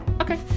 Okay